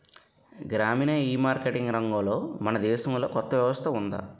గ్రామీణ ఈమార్కెటింగ్ రంగంలో మన దేశంలో కొత్త వ్యవస్థ ఉందా?